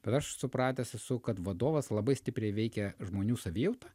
bet aš supratęs esu kad vadovas labai stipriai veikia žmonių savijautą